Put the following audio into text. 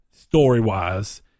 story-wise